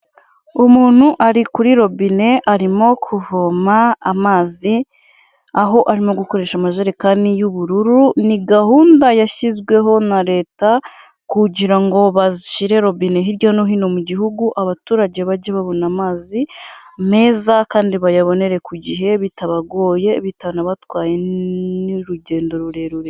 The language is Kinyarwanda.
Umuntu ari kuri robine, arimo kuvoma amazi, aho arimo gukoresha amajerekani y'ubururu, ni gahunda yashyizweho na Leta kugira ngo bashyire robine hirya no hino mu gihugu, abaturage bajye babona amazi meza kandi bayabonere ku gihe, bitabagoye, bitanabatwaye n'urugendo rurerure.